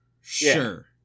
Sure